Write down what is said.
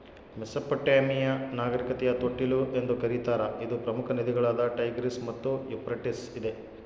Mesopotamia ನಾಗರಿಕತೆಯ ತೊಟ್ಟಿಲು ಎಂದು ಕರೀತಾರ ಇದು ಪ್ರಮುಖ ನದಿಗಳಾದ ಟೈಗ್ರಿಸ್ ಮತ್ತು ಯೂಫ್ರಟಿಸ್ ಇದೆ